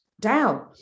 down